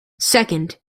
second